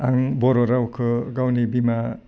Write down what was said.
आं बर' रावखौ गावनि बिमा